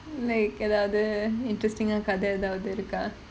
like எதாவது:ethaavathu interesting ஆன கத எதாவது இருக்கா:aana katha ethaavathu irukkaa